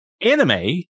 anime